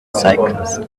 cyclist